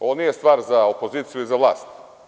Ovo nije stvar za opoziciju i za vlast.